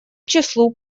числу